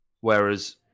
whereas